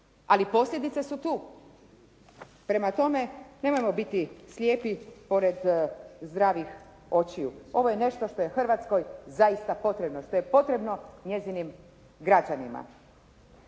ali posljedice su tu. Prema tome, nemojmo biti slijepi pored zdravih očiju. Ovo je nešto što je Hrvatskoj zaista potrebno, što je potrebno njezinim građanima.